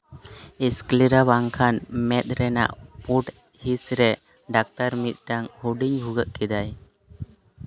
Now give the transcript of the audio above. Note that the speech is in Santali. ᱥᱠᱞᱮᱨᱟ ᱵᱟᱝᱠᱷᱟᱱ ᱢᱮᱸᱫ ᱨᱮᱱᱟᱜ ᱯᱩᱸᱰ ᱦᱤᱸᱥ ᱨᱮ ᱰᱟᱠᱛᱟᱨ ᱢᱤᱫᱴᱟᱱ ᱦᱩᱰᱤᱧ ᱵᱷᱩᱜᱟᱹᱜ ᱠᱮᱫᱟᱭ